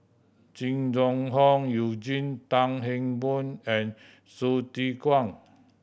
Jing Jun Hong Eugene Tan Kheng Boon and Hsu Tse Kwang